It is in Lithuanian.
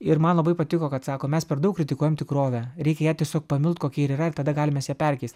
ir man labai patiko kad sako mes per daug kritikuojam tikrovę reikia ją tiesiog pamilt kokia ji yra ir tada galim mes ją perkeist